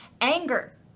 anger